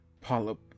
polyp